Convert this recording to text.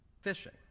fishing